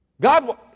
God